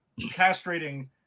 castrating